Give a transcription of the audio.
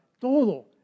todo